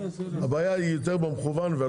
הבעיה היא יותר במקוון.